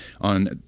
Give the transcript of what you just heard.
on